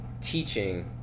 teaching